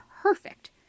perfect